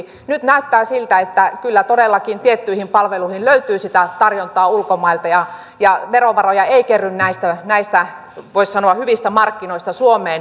nyt näyttää siltä että kyllä todellakin tiettyihin palveluihin löytyy sitä tarjontaa ulkomailta ja verovaroja ei kerry näistä voisi sanoa hyvistä markkinoista suomeen